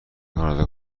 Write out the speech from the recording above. کانادا